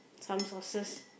some sources